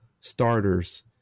starters